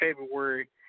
February